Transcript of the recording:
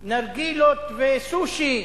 נרגילות וסושי.